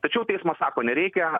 tačiau teismas sako nereikia